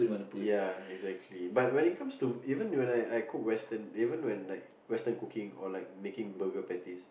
ya exactly but when it comes to even when I I cook western even when like western cooking or like making burger patties